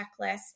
checklist